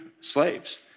slaves